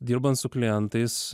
dirbant su klientais